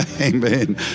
Amen